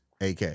AK